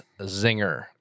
zinger